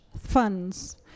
funds